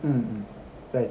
mm mm like